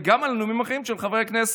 וגם על נאומים אחרים של חברי כנסת.